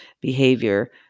behavior